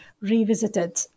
revisited